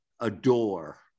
adore